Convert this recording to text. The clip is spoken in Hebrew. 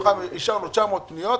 מתוכן אישרנו 900 פניות,